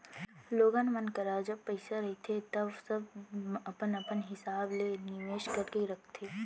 लोगन मन करा जब पइसा रहिथे तव सब अपन अपन हिसाब ले निवेस करके रखथे